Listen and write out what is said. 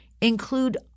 include